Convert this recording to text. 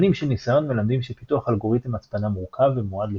שנים של ניסיון מלמדים שפיתוח אלגוריתם הצפנה מורכב ומועד לכשלונות.